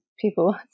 people